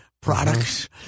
products